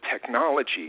technology